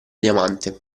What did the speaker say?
diamante